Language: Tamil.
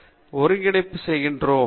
ஸ்லைடு டைம் 1312 ஐ பார்க்கவும்